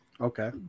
okay